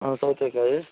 ಹಾಂ ಸೌತೆಕಾಯಿ